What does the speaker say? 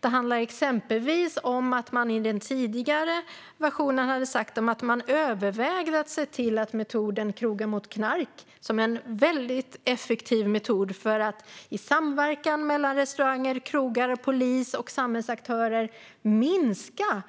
Det handlar exempelvis om att man i den tidigare versionen sagt att man övervägde att se till att metoden Krogar mot Knark tillgängliggörs. Det är en väldigt effektiv metod för att i samverkan mellan restauranger, krogar, polis och samhällsaktörer minska